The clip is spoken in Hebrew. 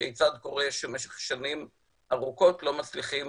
כיצד קורה שבמשך שנים ארוכות לא מצליחים